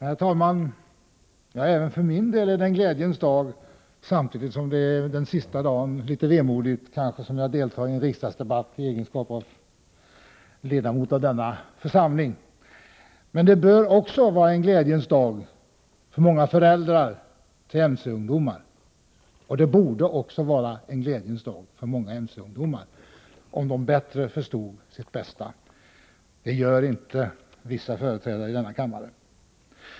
Herr talman! Även för mig är detta en glädjens dag, samtidigt som det känns litet vemodigt, eftersom det är den sista dag som jag deltar i en debatt i egenskap av ledamot av denna församling. Men det borde vara en glädjens dag även för många föräldrar till ungdomar med motorcykel. Det borde vara en glädjens dag också för många mc-ungdomar, om de bättre förstod sitt bästa. Det gör inte vissa företrädare i denna kammare.